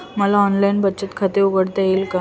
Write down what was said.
मला ऑनलाइन बचत खाते उघडता येईल का?